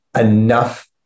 enough